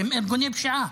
שהם ארגוני פשיעה.